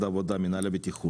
משרד העבודה, מנהל הבטיחות.